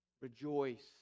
Rejoice